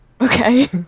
Okay